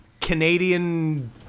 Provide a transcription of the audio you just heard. Canadian